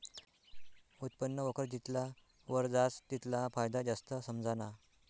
उत्पन्न वक्र जितला वर जास तितला फायदा जास्त समझाना